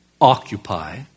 Occupy